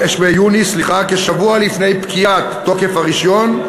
כשבוע לפני פקיעת תוקף הרישיון,